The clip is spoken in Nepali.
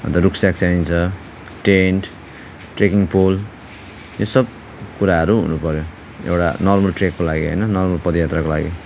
अन्त रुफसेफ चाहिन्छ टेन्ट ट्रेकिङ पोल यो सब कुराहरू हुनुपर्यो एउटा नर्मल ट्रेकको लागि होइन नर्मल पदयात्राको लागि